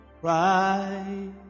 cry